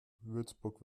würzburg